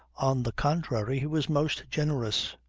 on the contrary, he was most generous.